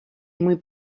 muy